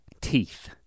teeth